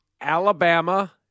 Alabama